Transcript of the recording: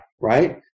right